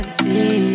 see